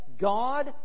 God